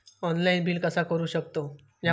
Online bill कसा करु शकतव?